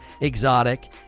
exotic